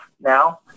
now